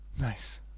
Nice